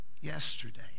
yesterday